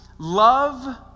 Love